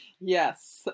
yes